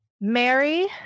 Mary